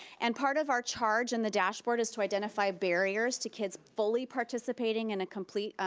and part of our charge in the dashboard is to identify barriers to kids fully participating in a complete